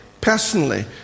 personally